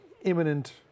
imminent